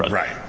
right.